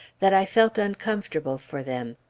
that i felt uncomfortable for them.